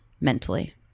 mentally